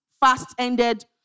fast-ended